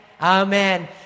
amen